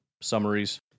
summaries